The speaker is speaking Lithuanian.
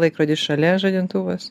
laikrodis šalia žadintuvas